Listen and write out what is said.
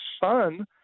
Son